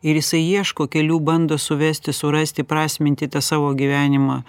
ir jisai ieško kelių bando suvesti surasti įprasminti tą savo gyvenimą